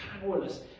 powerless